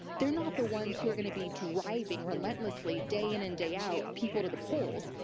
they're not the ones who are going to be driving relentlessly day in and day out people to the polls.